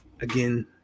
Again